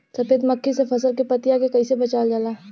सफेद मक्खी से फसल के पतिया के कइसे बचावल जाला?